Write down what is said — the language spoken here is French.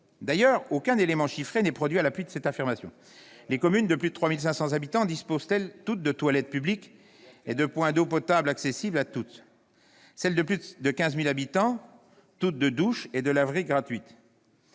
D'ailleurs, aucun élément chiffré n'est produit à l'appui de cette affirmation. Les communes de plus de 3 500 habitants disposent-elles toutes de toilettes publiques et de points d'eau potable accessibles à tous ? Celles de plus de 15 000 habitants proposent-elles toutes des douches et des laveries gratuites